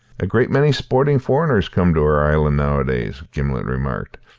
a great many sporting foreigners come to our island nowadays, gimblet remarked.